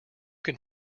can